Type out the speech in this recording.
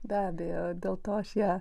be abejo dėl to aš ją